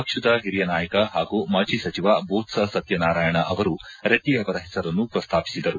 ಪಕ್ಷದ ಹಿರಿಯ ನಾಯಕ ಹಾಗೂ ಮಾಜಿ ಸಜಿವ ಬೋಶ್ಲ ಸತ್ವನಾರಾಯಣ ಅವರು ರೆಡ್ಡಿ ಅವರ ಹೆಸರನ್ನು ಪ್ರಸ್ತಾಪಿಸಿದರು